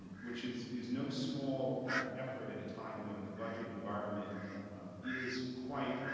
and which is is no small effort, at a time when the budget environment is quite